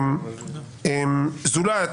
זולת